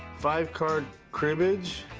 five card cribbage.